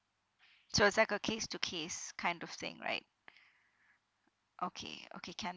so it's like a case to case kind of thing right okay okay can